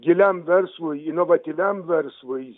giliam verslui inovatyviam verslui